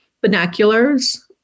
binoculars